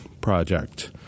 project